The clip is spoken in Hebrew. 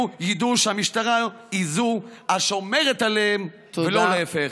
ידעו שהמשטרה היא השומרת עליהם ולא להפך.